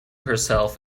herself